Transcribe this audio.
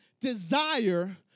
desire